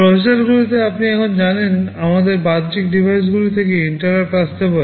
প্রসেসরগুলিতে আপনি এখন জানেন আমাদের বাহ্যিক ডিভাইসগুলি থেকে INTERRUPT আসতে পারে